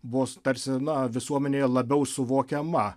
vos tarsi na visuomenėje labiau suvokiama